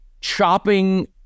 chopping